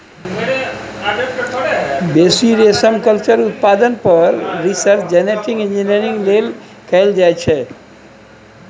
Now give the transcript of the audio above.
बेसी रेशमकल्चर उत्पादन पर रिसर्च जेनेटिक इंजीनियरिंग लेल कएल जाइत छै